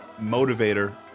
motivator